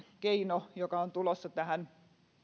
keino joka on tulossa tähän